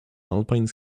alpine